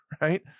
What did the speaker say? right